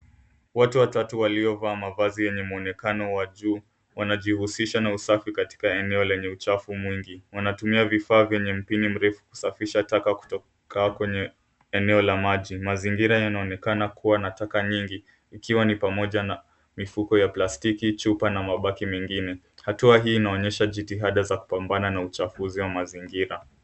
Watu watatu waliovaa mavazi yenye mwonekano wa juu wanajihusisha na usafi katika eneo lenye uchafu mwingi. Wanatumia vifaa vyenye mpini mrefu kusafisha taka kutoka kwenye eneo la maji. Mazingira inaonekana kuwa na taka nyingi ikiwa ni pamoja na mifuko ya plastiki, chupa na mabaki mengine. Hatua hii inaonyesha jitihada za kupambana na uchafuzi wa mazingira.